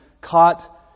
caught